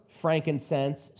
frankincense